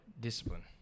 Discipline